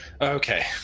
Okay